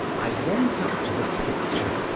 i went up to the picture,